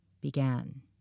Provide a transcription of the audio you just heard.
began